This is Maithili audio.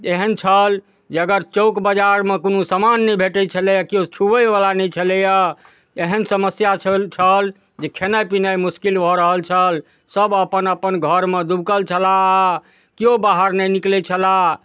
एहन छल जे अगर चौक बजारमे कोनो समान नहि भेटै छलैए केओ छुबैवला नहि छलैए एहन समस्या छल जे खेनाइ पिनाइ मोसकिल भऽ रहल छल सभ अपन अपन घरमे दुबकल छलाह केओ बाहर नहि निकलै छलाह